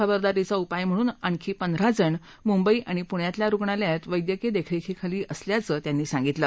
खबरदारीचा उपाय म्हणून म्हणून आणखी पंधरा जण मुंबई आणि पुण्यातल्या रुग्णालयांत वैद्यकीय दक्करातीखाली असल्याचंही त्यांनी सांगितलं